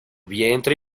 vientre